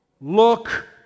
look